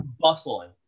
bustling